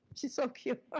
she's so cute. ah